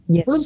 Yes।